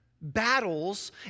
battles